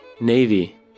Navy